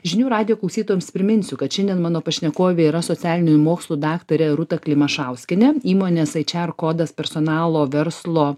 žinių radijo klausytojams priminsiu kad šiandien mano pašnekovė yra socialinių mokslų daktarė rūta klimašauskienė įmonės aičiarkodas personalo verslo